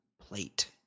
plate